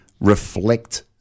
reflect